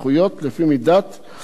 האפשר מבחינת השב"ס.